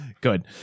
Good